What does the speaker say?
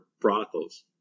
brothels